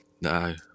no